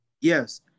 Yes